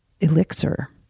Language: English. elixir